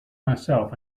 myself